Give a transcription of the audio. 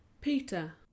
Peter